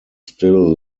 still